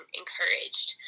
encouraged